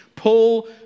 Paul